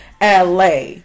LA